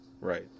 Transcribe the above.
Right